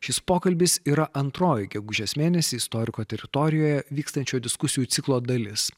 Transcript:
šis pokalbis yra antroji gegužės mėnesį istoriko teritorijoje vykstančių diskusijų ciklo dalis